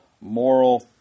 moral